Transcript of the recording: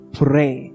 pray